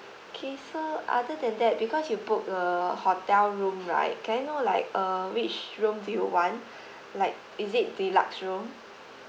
okay so other than that because you book err hotel room right can I know like err which room do you want like is it deluxe room